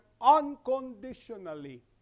unconditionally